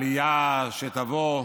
מהעלייה שתבוא,